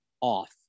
off